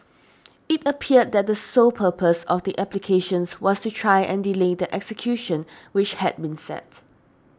it appeared that the sole purpose of the applications was to try and delay the execution which had been set